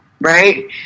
right